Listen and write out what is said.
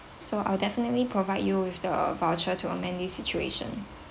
so I'll definitely provide you with the voucher to amend this situation